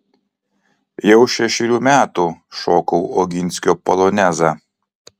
jau šešerių metų šokau oginskio polonezą